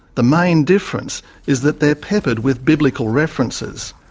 the main difference is that they're peppered with biblical references.